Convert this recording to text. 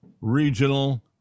regional